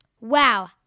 Wow